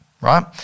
right